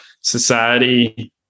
society